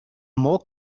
more